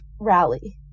rally